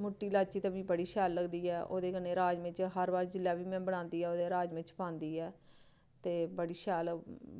मुट्टी लाची मिगी बड़ी शैल लगदी ऐ ओह् राजमांह् में जेल्लै बी बनांदी ते में बनांदी ऐ ते राजमांह् च बनांदी ऐ बड़ी शैल